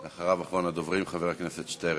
אחריו, אחרון הדוברים, חבר הכנסת שטרן.